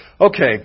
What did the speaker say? Okay